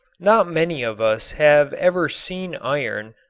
not many of us have ever seen iron,